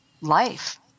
life